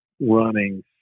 running